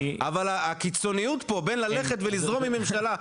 אבל הקיצוניות פה בין ללכת ולזרום עם ממשלה,